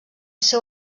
seu